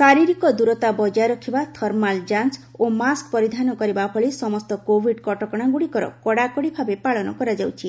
ଶାରିକ ଦୂରତା ବଜାୟ ରଖିବା ଥର୍ମାଲ୍ ଯାଞ୍ଚ ଓ ମାସ୍କ୍ ପରିଧାନ କରିବା ଭଳି ସମସ୍ତ କୋଭିଡ୍ କଟକଣାଗୁଡ଼ିକର କଡ଼ାକଡ଼ି ଭାବେ ପାଳନ କରାଯାଉଛି